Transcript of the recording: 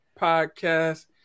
podcast